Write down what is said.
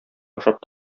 ашап